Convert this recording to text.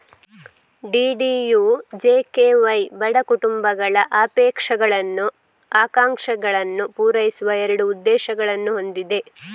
DDUJKY ಬಡ ಕುಟುಂಬಗಳ ಅಪೇಕ್ಷಗಳನ್ನು, ಆಕಾಂಕ್ಷೆಗಳನ್ನು ಪೂರೈಸುವ ಎರಡು ಉದ್ದೇಶಗಳನ್ನು ಹೊಂದಿದೆ